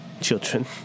children